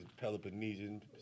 Peloponnesian